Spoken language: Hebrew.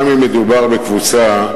גם אם מדובר בקבוצה,